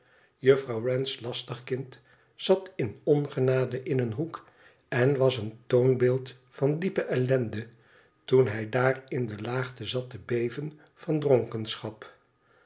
jufirouw wren's lastig kind zat in ongenade in een hoek en was een toonbeeld van diepe elknde toen hij daar in de laagte zatte beven van